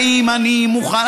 האם אני מוכן,